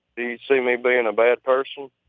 do you see me being a bad person?